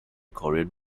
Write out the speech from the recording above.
korean